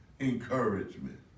Encouragement